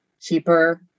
cheaper